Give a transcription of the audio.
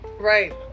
right